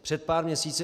Před pár měsíci.